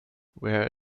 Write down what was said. where